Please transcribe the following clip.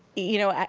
you know,